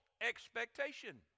expectation